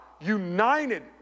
united